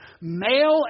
Male